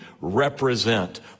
represent